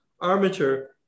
armature